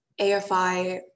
AFI